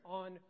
on